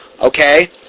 Okay